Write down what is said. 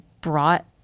brought